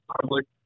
public